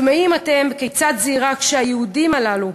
תמהים אתם כיצד זה אירע שהיהודים הללו,